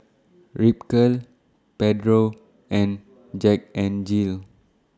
Ripcurl Pedro and Jack N Jill